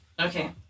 Okay